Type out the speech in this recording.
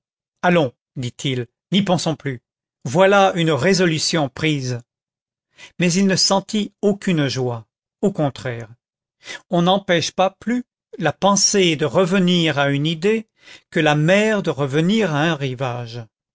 allons dit-il n'y pensons plus voilà une résolution prise mais il ne sentit aucune joie au contraire on n'empêche pas plus la pensée de revenir à une idée que la mer de revenir à un rivage